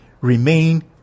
remain